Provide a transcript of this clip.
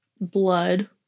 blood